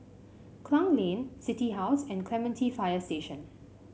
Klang Lane City House and Clementi Fire Station